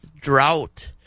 drought